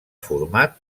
format